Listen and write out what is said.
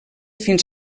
fins